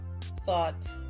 thought